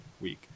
week